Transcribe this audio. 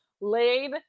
laid